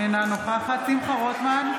אינה נוכחת שמחה רוטמן,